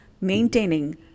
maintaining